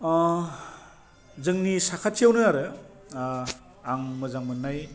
अ जोंनि साखाथियावनो आरो आ आं मोजां मोन्नाय